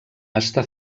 està